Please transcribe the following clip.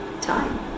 Time